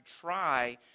try